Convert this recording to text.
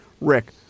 Rick